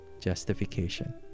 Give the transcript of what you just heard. justification